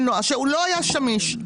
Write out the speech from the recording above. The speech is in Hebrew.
מבנה שלא היה שמיש,